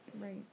Right